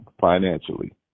financially